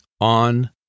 on